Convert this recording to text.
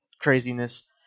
craziness